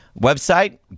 website